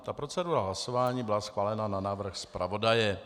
Ta procedura hlasování byla schválena na návrh zpravodaje.